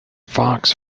fox